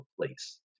place